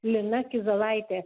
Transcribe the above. lina kizelaitė